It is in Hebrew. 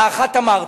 האחת, אמרתי,